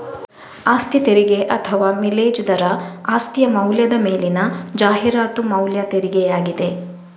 ಆಸ್ತಿ ತೆರಿಗೆ ಅಥವಾ ಮಿಲೇಜ್ ದರ ಆಸ್ತಿಯ ಮೌಲ್ಯದ ಮೇಲಿನ ಜಾಹೀರಾತು ಮೌಲ್ಯ ತೆರಿಗೆಯಾಗಿದೆ